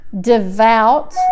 devout